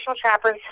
trappers